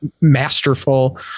masterful